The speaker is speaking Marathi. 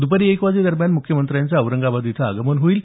दुपारी एक वाजेदरम्यान मुख्यमंत्र्यांचं औरंगाबाद इथं आगमन होईल